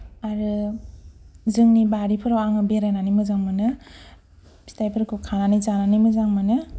आरो जोंनि बारिफोराव आङो बेरायनानै मोजां मोनो फिथायफोरखौ खानानै जानानै मोजां मोनो